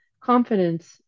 confidence